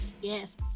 yes